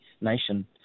nation